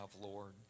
Lord